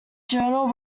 journal